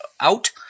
out